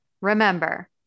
remember